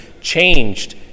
changed